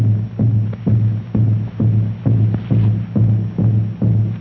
yes